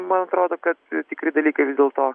man atrodo kad tikri dalykai vis dėlto